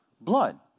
blood